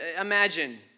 imagine